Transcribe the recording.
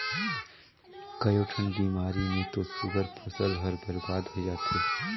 कयोठन बेमारी मे तो सुग्घर फसल हर बरबाद होय जाथे